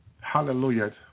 Hallelujah